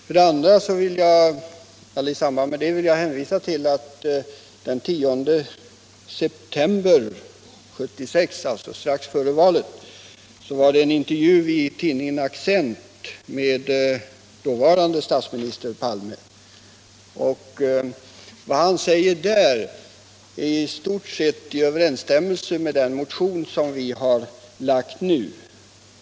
För det andra vill jag i samband med detta hänvisa till att tidningen Accent den 10 september 1976, alltså strax före valet, innehöll en intervju med den dåvarande statsministern, herr Palme. Vad han säger där står i stort sett i överensstämmelse med den motion vi nu har väckt.